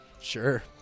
Sure